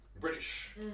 British